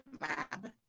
lab